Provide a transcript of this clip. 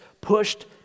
pushed